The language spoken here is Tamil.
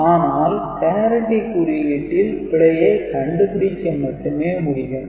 ஆனால் parity குறியீட்டில் பிழையை கண்டுபிடிக்க மட்டுமே முடியும்